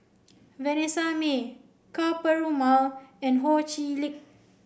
Vanessa Mae Ka Perumal and Ho Chee Lick